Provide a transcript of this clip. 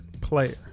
Player